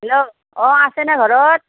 hello অ আছেনে ঘৰত